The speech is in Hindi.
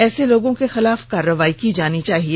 ऐसे लोगों के खिलाफ कार्रवाई की जानी चाहिए